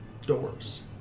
doors